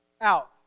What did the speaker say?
out